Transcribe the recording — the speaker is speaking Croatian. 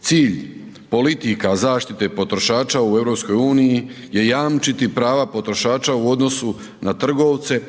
Cilj politika zaštite potrošača u EU je jamčiti prava potrošača u odnosu na trgovce